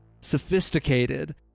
sophisticated